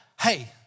hey